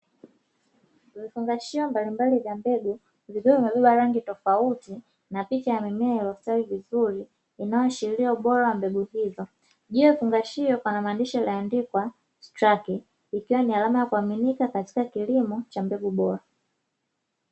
Vifungashio mbalimbali vya mbegu vikiwana aina ya rangi tofauti na picha ya mimea iliyostawi vizuri, inayoashiria ubora wa mbegu hizo juu ya vifungashi kuna maandishi yaliyoandikwa (STRARKE) ikiwa ni alama ya kuamnika katika kilimo cha mbegu bora.